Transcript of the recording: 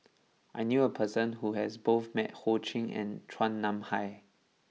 I knew a person who has met both Ho Ching and Chua Nam Hai